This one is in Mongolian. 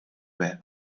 байв